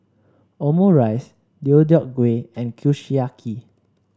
Omurice Deodeok Gui and Kushiyaki